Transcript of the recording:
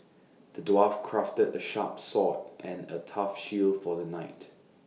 the dwarf crafted A sharp sword and A tough shield for the knight